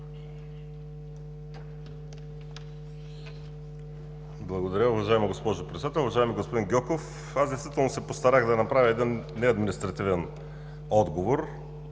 Благодаря, уважаема госпожо Председател. Уважаеми господин Гьоков, действително се постарах да направя един неадминистративен отговор.